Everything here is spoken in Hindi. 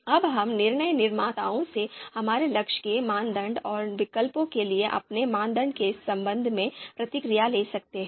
अब हम निर्णय निर्माताओं से हमारे लक्ष्य के मानदंड और विकल्पों के लिए अपने मानदंड के संबंध में प्रतिक्रिया ले सकते हैं